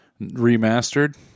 remastered